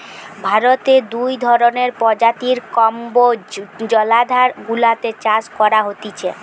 ভারতে দু ধরণের প্রজাতির কম্বোজ জলাধার গুলাতে চাষ করা হতিছে